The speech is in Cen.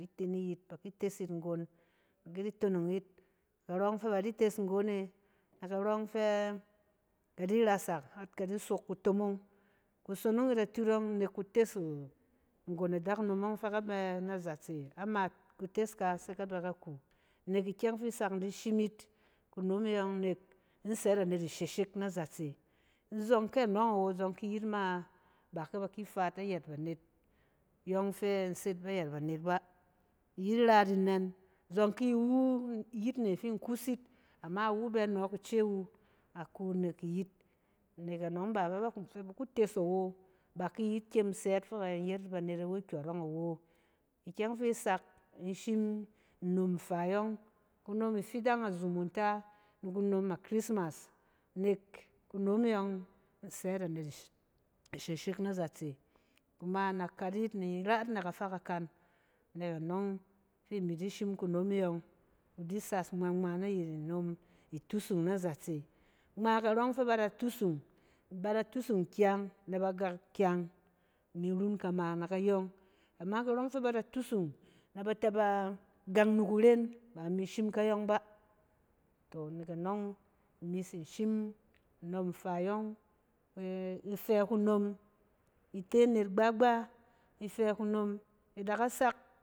A di te ni yit ba ki tes yit nggon, ki tonong yit karↄ fɛ ba di tes nggon e naka rↄng fɛ ka di rasak har kadi sok kutomong. Kusonong yit atut ↄng nek kutes ng-nggon adakunom ↄng fɛ ka bɛ na zatse. Ama kutes ka se ka bɛ ka kuu nek ikyɛng fi sak in di shim yit kunom e yↄng nek in sɛt anet isheshek na zatse. zↄng kɛ anↄng awo zↄng kɛ iyit ma ba kɛ ba ki faatayɛt banet yↄng fɛ in set ayɛt banet ba. Iyit rat inɛn, zↄng ki iwu, iyit ne kin kuus yit ama iwu bɛ nↄↄk ice wu aku nek iyit. Nek anↄng in ba fɛ ba kin fɛ ba ku tes awo, ba bay it kyem sɛt fok ɛ in yet yit banet awa kyↄrↄng awo. Ikyɛng fi sak in shim nnom faa yↄng. Kunom ifidang a zumunta, ni kunom a christmas, nek kunom e yↄng in sɛt anet isheshek na zatse. Kuma in da kat yit ni in rat na kafa kakam. Nek anↄng fi imi di shim kunom e yↄng, ku di sas ngma-ngma nayit nnom itusung na zatse. Ngma karↄng fɛ ba da tusung, bada tusung kyang na ba gang kyang. Imi run kama na kayↄng. Ama karↄng fɛ ba da tusung nɛ ba tɛ ba gang ni kuruen, ba imi shim kayↄng ba. Tↄ nek anↄng imi tsin shim nnom nfaa yↄng-ɛ-ifɛ kunom ite anet gba-gba, ifɛ kunom ida ka sak